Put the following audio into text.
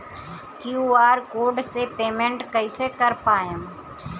QR code से payment कईसे कर पाएम?